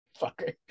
fucker